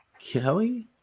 Kelly